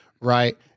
right